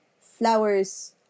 flowers